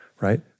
right